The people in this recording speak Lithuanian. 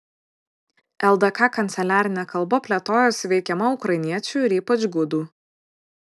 ldk kanceliarinė kalba plėtojosi veikiama ukrainiečių ir ypač gudų